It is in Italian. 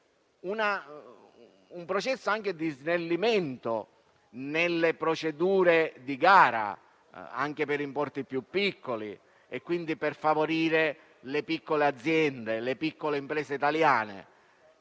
un processo di snellimento nelle procedure di gara anche per importi più piccoli, quindi per favorire le piccole aziende e imprese italiane.